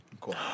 Cool